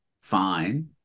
fine